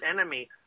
enemy